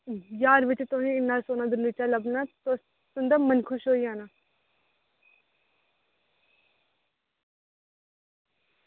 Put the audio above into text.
ज्हार रपे दा तुसेंगी इन्ना सोह्ना गलीचा लब्भना तुंदा मन खुश होई जाना